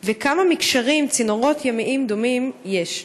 3. כמה מִקְשרים, צינורות, ימיים דומים יש?